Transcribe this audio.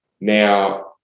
now